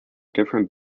different